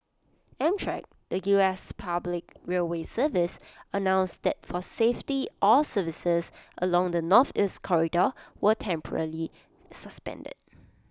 amtrak the us public railway service announced that for safety all services along the Northeast corridor were temporarily suspended